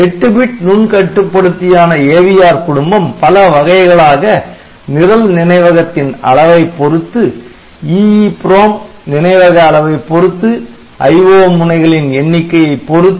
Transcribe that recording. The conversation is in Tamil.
8 பிட் நுண் கட்டுப்படுத்தியான AVR குடும்பம் பல வகைகளாக நிரல் நினைவகத்தின் அளவைப் பொறுத்து EEPROM நினைவக அளவைப் பொறுத்து IO முனைகளின் எண்ணிக்கையைப் பொறுத்து